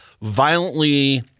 violently